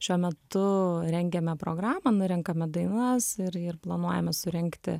šiuo metu rengiame programą nu renkame dainas ir ir planuojame surengti